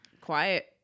quiet